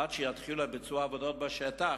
עד שיתחיל ביצוע העבודות בשטח,